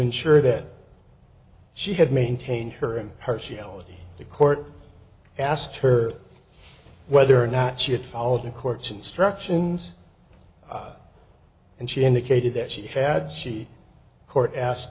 ensure that she had maintained her impartiality the court asked her whether or not she had followed the court's instructions and she indicated that she had she court asked